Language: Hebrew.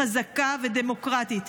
חזקה ודמוקרטית.